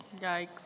Yikes